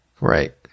Right